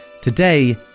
today